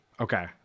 Okay